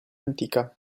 antica